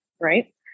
Right